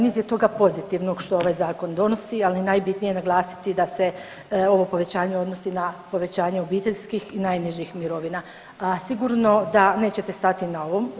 Niti je toga pozitivnog što ovaj zakon donosi, ali je najbitnije naglasiti da se ovo povećanje odnosi na povećanje obiteljskih i najnižih mirovina, a sigurno da nećete stati na ovom.